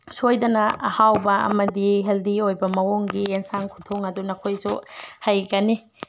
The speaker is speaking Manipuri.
ꯁꯣꯏꯗꯅ ꯑꯍꯥꯎꯕ ꯑꯃꯗꯤ ꯍꯦꯜꯗꯤ ꯑꯣꯏꯕ ꯃꯑꯣꯡꯒꯤ ꯍꯤꯟꯖꯥꯡ ꯈꯨꯊꯣꯡ ꯑꯗꯨ ꯅꯈꯣꯏꯁꯨ ꯍꯩꯒꯅꯤ